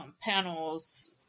panels